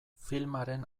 filmaren